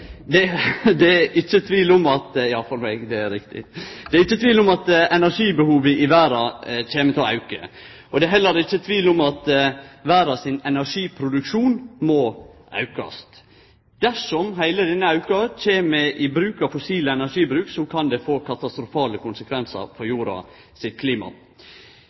vår framtid. Det er ikkje tvil om at energibehovet i verda kjem til å auke. Det er heller ikkje tvil om at energiproduksjonen i verda må aukast. Dersom heile denne auken kjem i form av fossil energibruk, kan det få katastrofale konsekvensar for klimaet på jorda. Det rokkar likevel ikkje ved Senterpartiet si